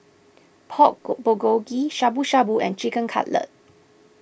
Pork Bulgogi Shabu Shabu and Chicken Cutlet